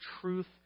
truth